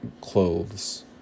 clothes